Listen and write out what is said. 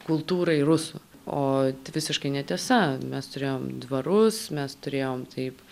kultūrai rusų o visiškai netiesa mes turėjom dvarus mes turėjom taip